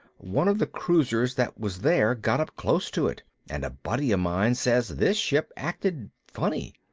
one of the cruisers that was there got up close to it, and a buddy of mine says this ship acted funny.